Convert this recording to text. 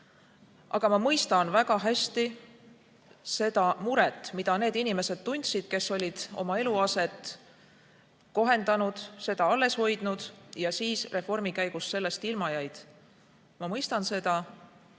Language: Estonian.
Aga ma mõistan väga hästi seda muret, mida need inimesed tundsid, kes olid oma eluaset kohendanud, alles hoidnud, aga siis reformi käigus sellest ilma jäid. Ma mõistan seda,